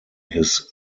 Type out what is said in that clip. his